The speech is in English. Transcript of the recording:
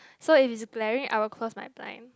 so if it's glaring I will close my blind